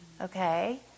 okay